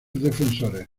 defensores